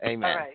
Amen